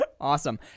Awesome